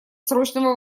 срочного